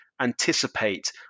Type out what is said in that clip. anticipate